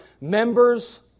members